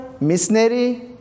missionary